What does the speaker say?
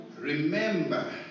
Remember